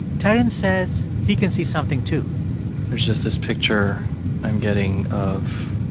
terence says he can see something, too there's just this picture i'm getting of